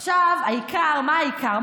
עכשיו, העיקר, מה העיקר?